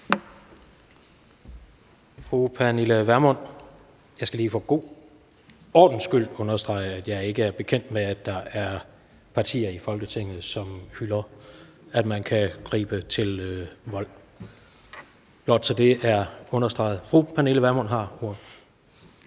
(Jens Rohde): Jeg skal lige for god ordens skyld understrege, at jeg ikke er bekendt med, at der er partier i Folketinget, som hylder, at man kan gribe til vold. Det er blot, så det er understreget. Fru Pernille Vermund har ordet.